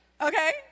Okay